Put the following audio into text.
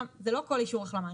זה לא כל אישור החלמה.